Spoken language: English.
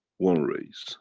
one race